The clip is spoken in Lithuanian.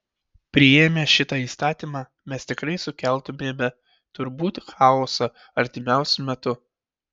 priėmę šitą įstatymą mes tikrai sukeltumėme turbūt chaosą artimiausiu metu